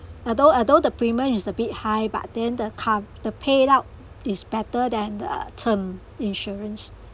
although although the premium is a bit high but then the cov~ the payout is better than the term insurance